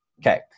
Okay